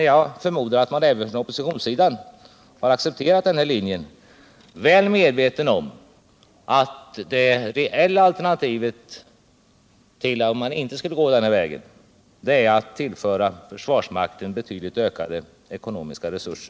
Jag förmodar att man även från oppositionen har accepterat denna linje väl medveten om att det reella alternativet är att tillföra försvarsmakten betydligt ökade ekonomiska resurser.